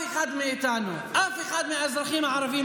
אף אחד מהאזרחים הערבים,